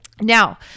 Now